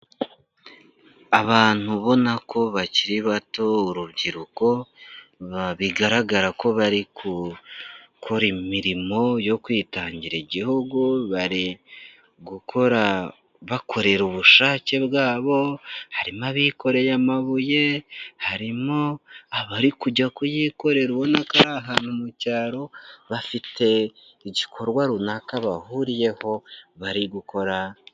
Abantu ubona ko bakiri bato urubyiruko bigaragara ko bari gukora imirimo yo kwitangira igihugu, bari gukora bakorera ubushake bwabo harimo abikoreye amabuye, harimo abari kujya kuyikorera ubona ko ari ahantu mu cyaro bafite igikorwa runaka bahuriyeho bari gukora.